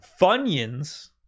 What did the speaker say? Funyuns